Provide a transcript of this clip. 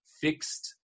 fixed